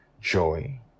Joy